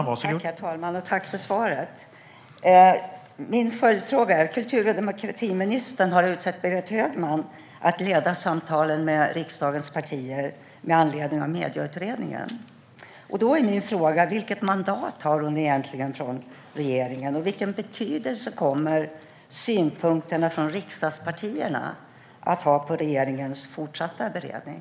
Herr talman! Tack för svaret! Jag har en följdfråga. Kultur och demokratiministern har utsett Berit Högman att leda samtalen med riksdagens partier med anledning av Medieutredningen. Då är min fråga: Vilket mandat har hon egentligen från regeringen, och vilken betydelse kommer synpunkterna från riksdagspartierna att ha för regeringens fortsatta beredning?